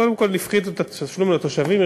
קודם כול הפחיתו את התשלום לתושבים.